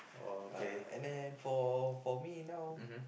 uh and then for for me now